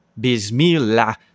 Bismillah